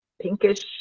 pinkish